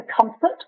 comfort